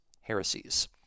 heresies